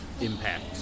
Impact